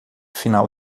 final